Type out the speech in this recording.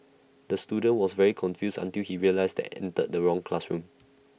the student was very confused until he realised he entered the wrong classroom